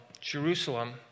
Jerusalem